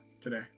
today